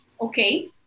okay